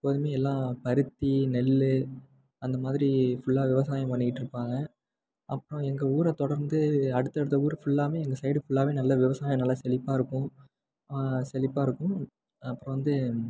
எப்போதுமே எல்லா பருத்தி நெல் அந்தமாதிரி ஃபுல்லாக விவசாயம் பண்ணிக்கிட்டு இருப்பாங்க அப்புறம் எங்கள் ஊரை தொடர்ந்து அடுத்த அடுத்த ஊர் ஃபுல்லாமே எங்கள் சைடு ஃபுல்லாமே நல்ல விவசாய நிலம் செழிப்பா இருக்கும் செழிப்பா இருக்கும் அப்புறம் வந்து